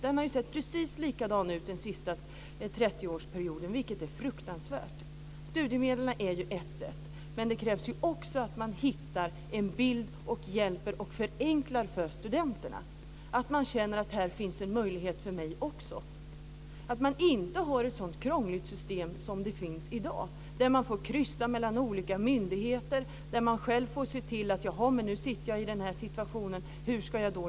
Den har sett precis likadan ut den senaste 30-årsperioden, vilket är fruktansvärt. Studiemedlen är ett sätt. Men det krävs också att hitta ett sätt att hjälpa och förenkla för studenterna, att de känner att det finns en möjlighet för dem också. Det ska inte vara ett så krångligt system som i dag, där de får kryssa mellan olika myndigheter, de får själva lösa de situationer de hamnar i.